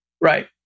Right